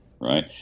right